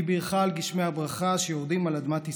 היא בירכה על גשמי הברכה שיורדים על אדמת ישראל.